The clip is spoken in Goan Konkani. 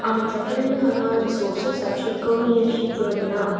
आमच्या कडेन हांगा रिसोर्सिसाची कमी अशी चड ना